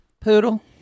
Poodle